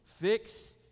Fix